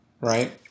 right